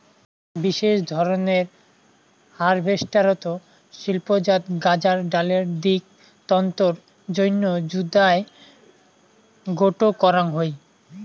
বিশেষ ধরনের হারভেস্টারত শিল্পজাত গাঁজার ডালের দিক তন্তুর জইন্যে জুদায় গোটো করাং হই